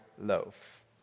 loaf